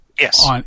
Yes